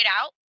out